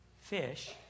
fish